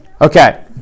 Okay